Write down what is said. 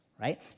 right